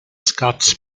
scotts